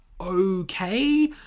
okay